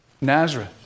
Nazareth